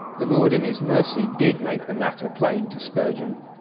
the lord in his mercy did make the matter plain to spurgeon.